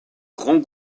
grands